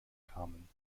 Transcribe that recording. kamen